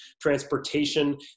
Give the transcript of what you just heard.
transportation